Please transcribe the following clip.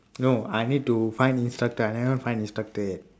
no I need to find instructor I never find instructor yet